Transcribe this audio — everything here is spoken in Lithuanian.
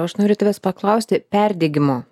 aš noriu tavęs paklausti perdegimo